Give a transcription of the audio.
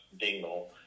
Dingle